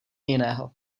jiného